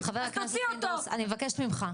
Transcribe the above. חבר הכנסת פינדרוס, אני מבקשת ממך.